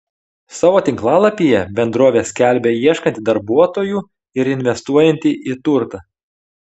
savo tinklalapyje bendrovė skelbia ieškanti darbuotojų ir investuojanti į turtą